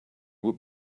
would